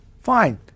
fine